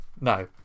no